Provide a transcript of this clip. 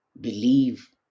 believe